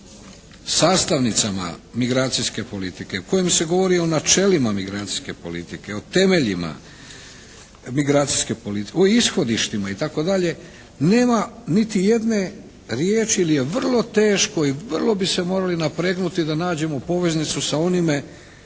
sastavnicama migracijske politike, u kojemu se govori o načelima migracijske politike, o temeljima migracijske politike, o ishodištima i tako dalje nema niti jedne riječi ili je vrlo teško i vrlo bi se morali napregnuti da nađemo poveznicu sa onime